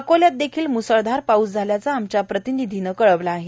अकोल्यात देखील मुसळधार पाऊस झाल्याचं आमच्या प्रतिनिधीनं कळवलं आहे